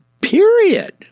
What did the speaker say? period